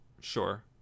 Sure